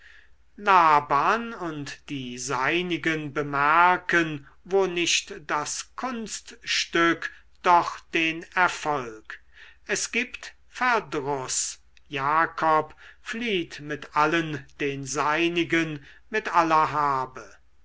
laban und die seinigen bemerken wo nicht das kunststück doch den erfolg es gibt verdruß jakob flieht mit allen den seinigen mit aller habe